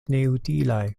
neutilaj